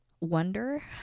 wonder